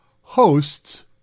hosts